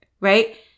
Right